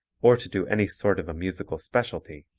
or to do any sort of a musical specialty,